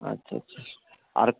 আচ্ছা আচ্ছা আর